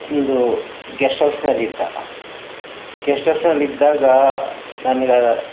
ಒಂದು ಗೆಸ್ಟ್ ಹೌಸ್ನಲ್ಲಿದ್ದ ಗೆಸ್ಟ್ ಹೌಸ್ನಲ್ಲಿದ್ದಾಗ ನನ್ಗೆ